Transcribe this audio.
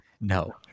No